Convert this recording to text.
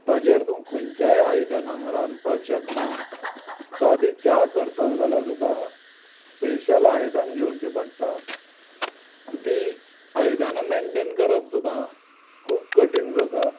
ताजेर तूं खंयच्याय आयदनांत रांदपाक शकना सादी च्या करतलो जाल्या सुद्दां स्पेशल आयदन घेवचें पडटा आनी तीं आयदनां मेनटेन करप सुदां खूब कठीण जाता